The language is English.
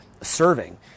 serving